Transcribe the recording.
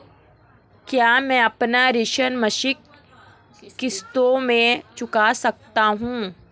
क्या मैं अपना ऋण मासिक किश्तों में चुका सकता हूँ?